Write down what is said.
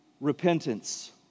repentance